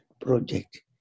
project